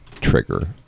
trigger